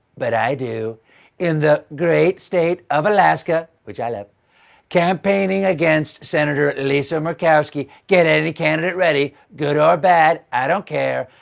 but i do in the great state of alaska which i love campaigning against senator lisa murkowski. get any candidate ready, good or bad, i don't care.